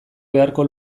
beharko